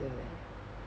的 leh